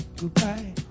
goodbye